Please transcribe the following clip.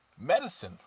medicine